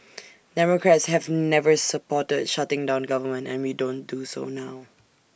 democrats have never supported shutting down government and we don't do so now